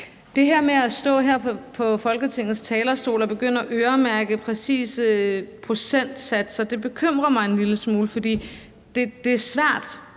det her med at stå her på Folketingets talerstol og begynde at øremærke præcise procentsatser bekymrer mig en lille smule, for det er svært.